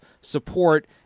support